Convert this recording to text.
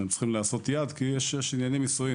וצריך לעשות "יד" כי יש ענייני מיסוי.